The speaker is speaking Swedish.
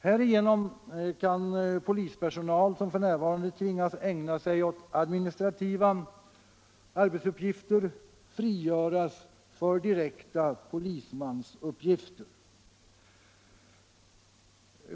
Härigenom kan polispersonal som f.n. tvingas ägna sig åt administrativa arbetsuppgifter frigöras för direkta polismansuppgifter.